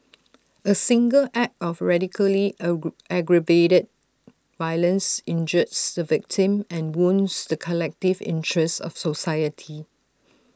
A single act of racially aggravated violence injures the victim and wounds the collective interests of society